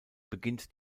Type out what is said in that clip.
beginnt